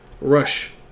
rush